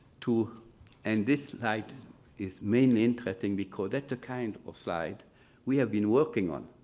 to and this slide is mainly interesting because that's a kind of slide we have been working on,